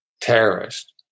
terrorist